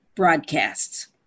broadcasts